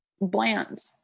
bland